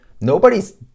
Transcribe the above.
nobody's